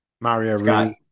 Mario